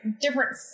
different